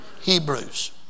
Hebrews